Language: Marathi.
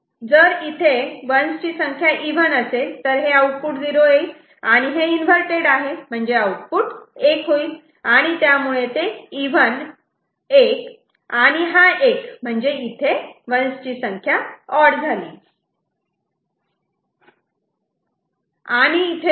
जर इथे 1's ची संख्या इव्हन असेल तर हे आउटपुट 0 येईल आणि इथे हे इन्वर्तेड आहे म्हणजे हे आउटपुट 1 होईल आणि त्यामुळे ते इव्हन एक आणि हा एक म्हणजे इथे 1's ची संख्या ऑड झाली